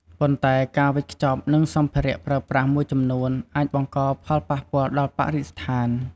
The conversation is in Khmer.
ប៉ុន្តែការវេចខ្ចប់ និងសម្ភារៈប្រើប្រាស់មួយចំនួនអាចបង្កផលប៉ះពាល់ដល់បរិស្ថាន។